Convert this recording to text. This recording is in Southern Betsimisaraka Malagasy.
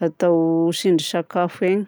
atao tsindri-sakafo eny.